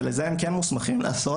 שאת זה הם כן מוסמכים לעשות,